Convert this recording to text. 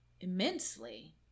immensely